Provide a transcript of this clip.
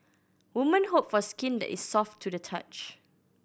woman hope for skin that is soft to the touch